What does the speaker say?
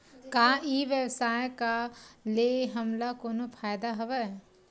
का ई व्यवसाय का ले हमला कोनो फ़ायदा हवय?